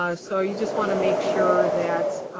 ah so you just wanna make sure that